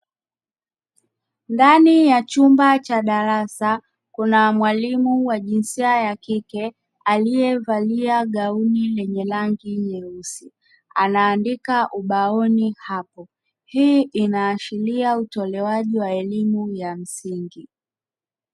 Ndani ya chumba cha darasa kuna mwalimu wa jinsia ya kike aliyevalia gauni lenye rangi nyeusi anaandika ubaoni hapo, hii inaashiria utolewaji wa elimu ya msingi.